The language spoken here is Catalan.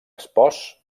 espòs